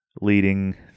leading